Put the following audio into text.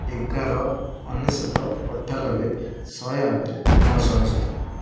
ଏଗାର ଅନେଶ୍ୱତ ଅଠାନବେ ଶହେ ଆଠ ନଅଶହ ଅନେଶ୍ୱତ